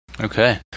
Okay